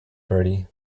bertie